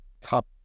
top